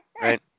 Right